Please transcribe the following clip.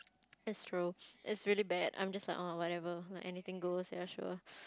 that's true it's really bad I'm just like oh whatever like anything goes ya sure